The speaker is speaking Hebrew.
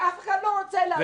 ואף אחד לא רוצה לעזור.